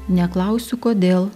neklausiu kodėl